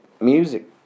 music